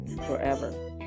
forever